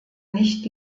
nicht